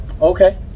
Okay